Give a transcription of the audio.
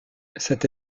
cette